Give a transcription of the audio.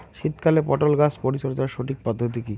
শীতকালে পটল গাছ পরিচর্যার সঠিক পদ্ধতি কী?